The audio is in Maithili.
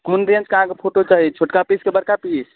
कोन रेंजके अहाँके फोटो चाही छोटका पीस कि बड़का पीस